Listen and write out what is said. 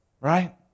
Right